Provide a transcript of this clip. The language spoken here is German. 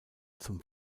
zum